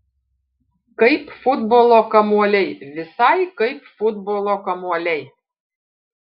kaip futbolo kamuoliai visai kaip futbolo kamuoliai